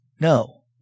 no